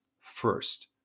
first